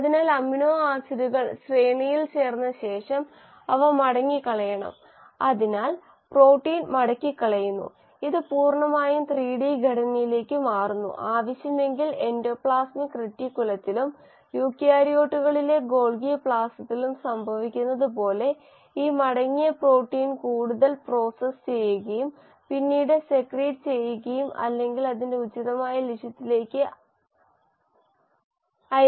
അതിനാൽ അമിനോ ആസിഡുകൾ ശ്രേണിയിൽ ചേർന്ന ശേഷം അവ മടക്കിക്കളയണം അതിനാൽ പ്രോട്ടീൻ മടക്കിക്കളയുന്നു ഇത് പൂർണ്ണമായും 3 ഡി ഘടനയിലേക്ക് മാറുന്നു ആവശ്യമെങ്കിൽ എൻഡോപ്ലാസ്മിക് റെറ്റിക്യുലത്തിലും യൂകാരിയോട്ടുകളിലെ ഗോൾഗി കോംപ്ലക്സിലും സംഭവിക്കുന്നതുപോലെ ഈ മടക്കിയ പ്രോട്ടീൻ കൂടുതൽ പ്രോസസ്സ് ചെയ്യുകയും പിന്നീട് സെക്രീറ്റ് ചെയ്യുകയും അല്ലെങ്കിൽ അതിന്റെ ഉചിതമായ ലക്ഷ്യത്തിലേക്ക് അയയ്ക്കുകയും ചെയ്യും